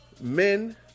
men